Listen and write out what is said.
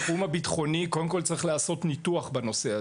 תחום המיטיגציה הפחתת פליטות גזי חממה - היכן ישראל עומדת בתחום הזה.